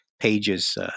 Page's